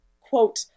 quote